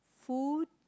food